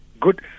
Good